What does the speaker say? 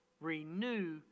Renew